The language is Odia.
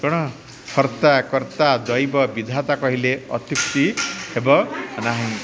କଣ ହର୍ତ୍ତା କର୍ତ୍ତା ଦୈବ ବିଧାତା କହିଲେ ଅତ୍ୟୁକ୍ତି ହେବ ନାହିଁ